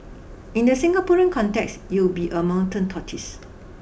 in the Singaporean context you'll be a mountain tortoise